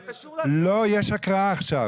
יש הקראה עכשיו,